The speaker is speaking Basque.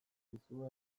dizute